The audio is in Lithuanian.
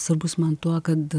svarbus man tuo kad